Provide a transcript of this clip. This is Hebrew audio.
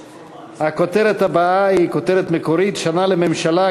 הכותרת הבאה היא כותרת מקורית: שנה לממשלה,